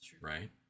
right